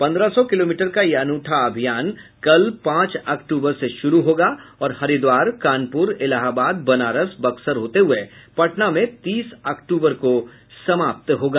पन्द्रह सौ किलोमीटर का यह अनूठा अभियान कल पांच अक्टूबर से शुरू होगा और हरिद्वार कानपुर इलाहाबाद बनारस बक्सर होते हुये पटना में तीस अक्टूबर को समाप्त होगा